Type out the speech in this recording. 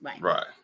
Right